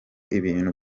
ibintu